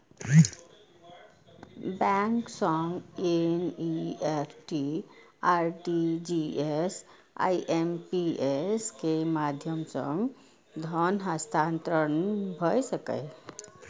bank सं NEFT, RTGS, IMPS के माध्यम सं धन हस्तांतरण भए सकैए